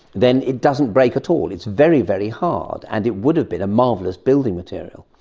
then it doesn't break at all, it's very, very hard, and it would have been a marvellous building material.